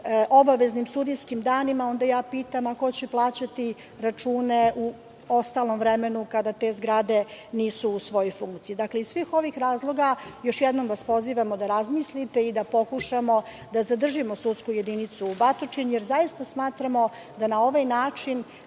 obaveznim sudijskim danima, onda pitam – ko će plaćati račune u ostalom vremenu kada te zgrade nisu u svojoj funkciji? Iz svih ovih razloga vas još jednom pozivamo da razmislite i da pokušamo da zadržimo sudsku jedinicu u Batočini, jer zaista smatramo da na ovaj način